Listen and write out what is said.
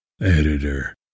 Editor